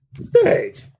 Stage